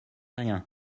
rien